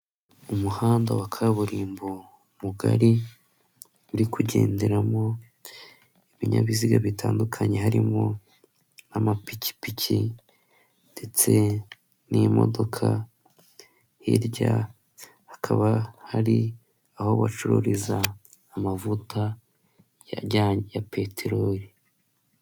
Umuhanda wa kaburimbo mugari uri kugenderamo ibinyabiziga bitandukanye, harimo ama pikipiki ndetse n'imodoka hirya hakaba hari aho bacururiza amavuta ya peterori.